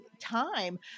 time